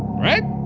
right?